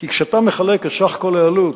כי כשאתה מחלק את סך כל העלות